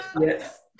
yes